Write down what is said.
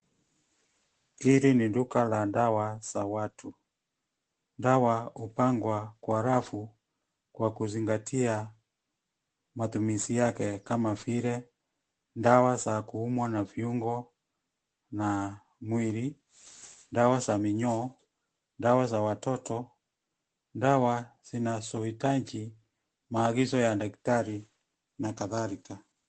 Hili ni duka la dawa za watu. Dawa hupangwa kwa rafu kwa kuzingatia matumizi yake kama vile; dawa za kuumwa na viungo na mwili, dawa za minyoo, dawa za watoto, dawa zinazohitaji maagizo ya daktari na kadhalika.